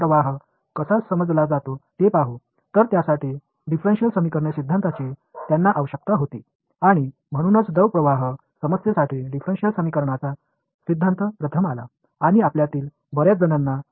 எனவே அதற்கான நான் லீனியர் கோட்பாடு அவர்களுக்குத் தேவைப்பட்டது எனவே டிஃபரெண்டியல் இகுவேஸன்ஸ் களின் கோட்பாடு அவர்களுக்குத் தேவைப்பட்டது அதுவே திரவ ஓட்டப் பிரச்சினைகளுக்கு முதலில் வந்த கோட்பாடு